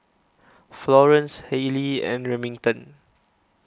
Florence Halley and Remington